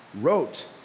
wrote